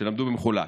שלמדו במחולק.